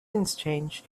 interchange